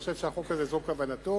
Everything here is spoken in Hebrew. אני חושב שהחוק הזה, זו כוונתו,